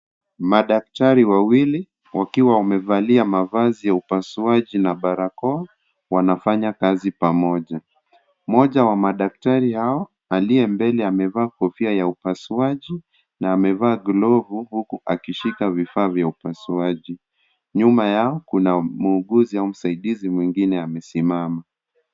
Madaktari wawili wakiwa wamevalia mavazi ya upasuaji na barakoa wanafanya kazi pamoja. Mmoja wa madaktari hao aliye mbele amevaa kofia ya upasuaji na amevaa glavu huku akishika vifaa vya upasuaji. Nyuma yao kuna muuguzi au msaidizi mwingine amesimama.